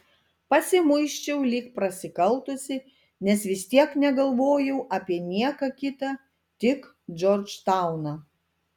pasimuisčiau lyg prasikaltusi nes vis tiek negalvojau apie nieką kitą tik džordžtauną